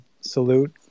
salute